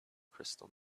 crystal